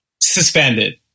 suspended